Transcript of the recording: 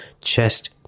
chest